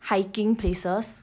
hiking places